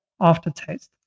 aftertaste